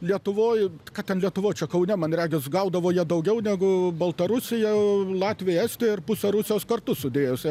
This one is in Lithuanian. lietuvoj ką ten lietuvoj čia kaune man regis gaudavo jie daugiau negu baltarusija latvija estija ir pusė rusijos kartu sudėjus